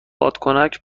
بادکنک